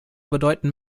bedeuten